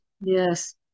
Yes